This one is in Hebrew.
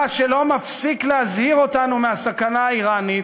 אתה, שלא מפסיק להזהיר אותנו מהסכנה האיראנית,